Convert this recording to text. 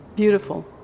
Beautiful